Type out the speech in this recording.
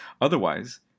Otherwise